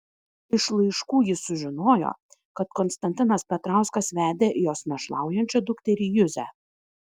iš laiškų ji sužinojo kad konstantinas petrauskas vedė jos našlaujančią dukterį juzę